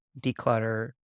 declutter